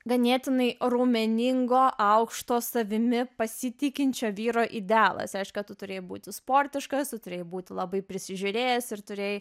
ganėtinai raumeningo aukšto savimi pasitikinčio vyro idealas reiškia tu turėjai būti sportiškas tu turėjai būti labai prisižiūrėjęs ir turėjai